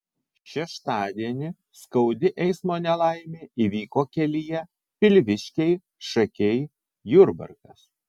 šeštadienį skaudi eismo nelaimė įvyko kelyje pilviškiai šakiai jurbarkas